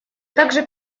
также